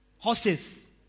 Horses